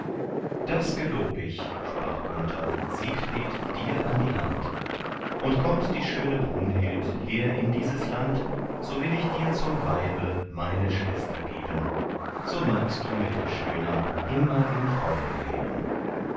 das gelob ich sprach gunther siegfried dir an die hand und kommt die schöne brunhild her in dieses land so will ich dir zum weibe meine schwester geben so magst du mit der schönen immer in freuden leben